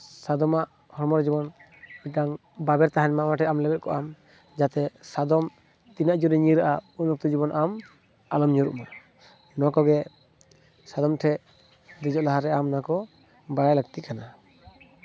ᱥᱟᱫᱚᱢᱟᱜ ᱦᱚᱲᱢᱚ ᱨᱮ ᱡᱮᱢᱚᱱ ᱢᱤᱫᱴᱮᱱ ᱵᱟᱵᱮᱨ ᱛᱟᱦᱮᱱ ᱢᱟ ᱩᱱᱤ ᱴᱷᱮᱱ ᱟᱢ ᱞᱮᱵᱮᱫ ᱠᱚᱜ ᱟᱢ ᱡᱟᱛᱮ ᱥᱟᱫᱚᱢ ᱛᱤᱱᱟᱹᱜ ᱡᱳᱨᱮ ᱧᱤᱨᱟᱜᱼᱟ ᱩᱱ ᱚᱠᱛᱮ ᱟᱢ ᱟᱞᱚᱢ ᱧᱩᱨᱩᱜ ᱢᱟ ᱱᱚᱣᱟ ᱠᱚᱜᱮ ᱥᱟᱫᱚᱢ ᱴᱷᱮᱱ ᱫᱮᱡᱚᱜ ᱞᱟᱦᱟᱨᱮ ᱟᱢ ᱱᱚᱣᱟᱠᱚ ᱵᱟᱲᱟᱭ ᱞᱟᱹᱠᱛᱤ ᱠᱟᱱᱟ